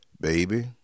Baby